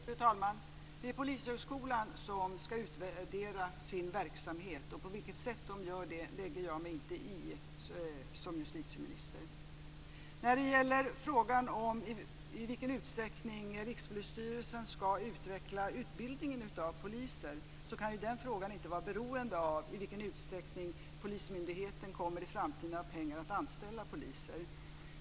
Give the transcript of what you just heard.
Fru talman! Det är Polishögskolan som ska utvärdera sin verksamhet, och på vilket sätt man gör det lägger jag som justitieminister mig inte i. Frågan i vilken utsträckning Rikspolisstyrelsen ska utveckla utbildningen av poliser kan inte vara beroende av frågan i vilken utsträckning polismyndigheten i framtiden kommer att ha pengar för att anställa poliser.